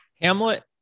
Hamlet